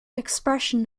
expression